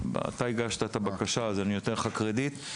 אתה הגשת את הבקשה לדיון אז אני נותן לך את הקרדיט.